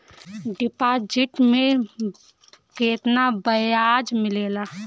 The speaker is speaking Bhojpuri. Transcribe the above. डिपॉजिट मे केतना बयाज मिलेला?